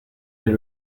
est